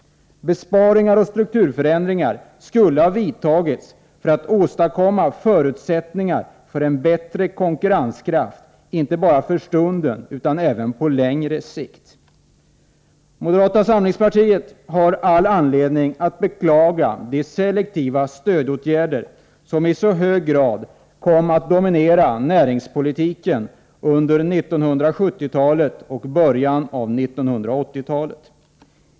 Besparingar och strukturförändringar skulle ha vidtagits för att åstadkomma förutsättningar för en bättre konkurrenskraft, inte bara för stunden utan även på längre sikt. Moderata samlingspartiet har all anledning att beklaga de selektiva stödåtgärder som i så hög grad kom att dominera näringspolitiken under 1970-talet och början av 1980-talet.